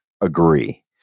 agree